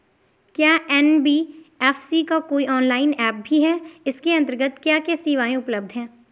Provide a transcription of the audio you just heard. क्या एन.बी.एफ.सी का कोई ऑनलाइन ऐप भी है इसके अन्तर्गत क्या क्या सेवाएँ उपलब्ध हैं?